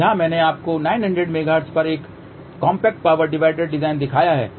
यहाँ मैंने आपको 900 मेगाहर्ट्ज पर एक कॉम्पैक्ट पावर डिवाइडर डिज़ाइन दिखाया है